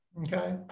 Okay